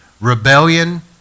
rebellion